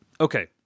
Okay